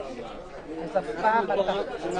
הישיבה.